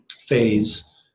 phase